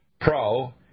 Pro